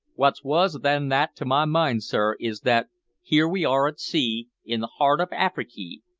wot's wuss than that to my mind, sir, is, that here we are at sea, in the heart of afriky,